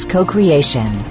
Co-Creation